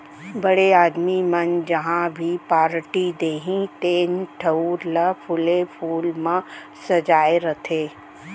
बड़े आदमी मन जहॉं भी पारटी देहीं तेन ठउर ल फूले फूल म सजाय रथें